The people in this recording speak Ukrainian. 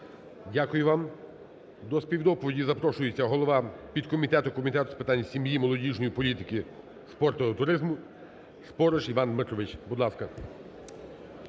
Дякую вам. До співдоповіді запрошується голова підкомітету Комітету з питань сім'ї, молодіжної політики, спорту та туризму Спориш Іван Дмитрович, будь ласка.